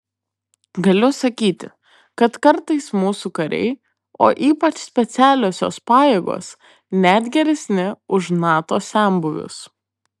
galiu sakyti kad kartais mūsų kariai o ypač specialiosios pajėgos net geresni už nato senbuvius